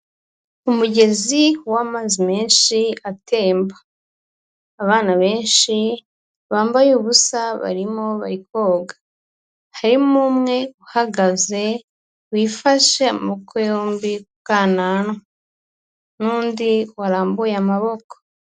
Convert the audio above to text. Umugezi w'amazi menshi atemba, abana benshi bambaye ubusa barimo bari koga, harimo umwe uhagaze wifashe amaboko yombi ku kananwa n'undi warambuye amaboko.